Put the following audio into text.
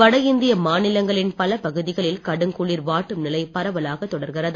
வட இந்திய மாநிலங்களின் பல பகுதிகளில் கடுங்குளிர் வாட்டும் நிலை பரவலாகத் தொடர்கிறது